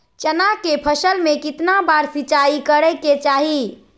चना के फसल में कितना बार सिंचाई करें के चाहि?